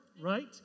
right